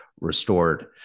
restored